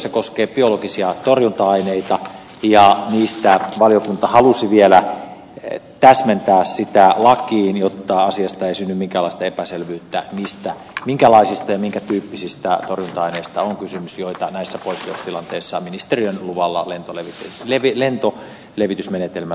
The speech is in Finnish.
se koskee biologisia torjunta aineita ja jotta asiasta ei synny minkäänlaista epäselvyyttä valiokunta halusi vielä täsmentää lakiin jotta asiasta ensin minkälaista epäselvyyttä minkälaisista ja minkä tyyppisistä torjunta aineista on kysymys joita näissä poikkeustilanteissa ministeriön luvalla lentolevitysmenetelmällä voidaan käyttää